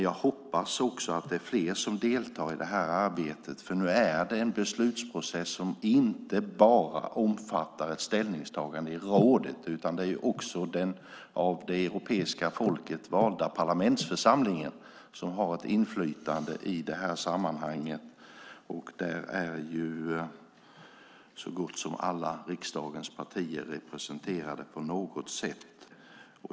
Jag hoppas dock att fler deltar i detta arbete, för nu är det en beslutsprocess som inte bara omfattar ett ställningstagande i rådet. Den av det europeiska folket valda parlamentsförsamlingen har också ett inflytande i detta sammanhang. Där är så gott som alla riksdagens partier representerade på något sätt.